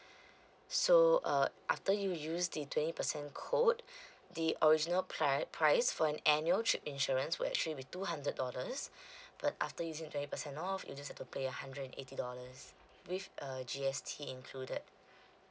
so uh after you use the twenty percent code the original pri~ price for an annual trip insurance would actually be two hundred dollars but after using twenty percent off you just have to pay a hundred and eighty dollars with uh G_S_T included